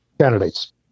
candidates